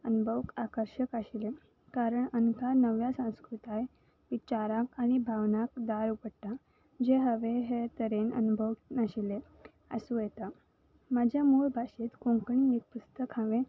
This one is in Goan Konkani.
अनभवक आकर्शक आशिल्लें कारण आमकां नव्या संस्कृताय विचाराक आनी भावनाक दार उगडटा जे हांवें हे तरेन अनभव नाशिल्लें आसूं येता म्हाज्या मूळ भाशेंत कोंकणी एक पुस्तक हांवें